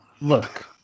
Look